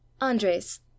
andres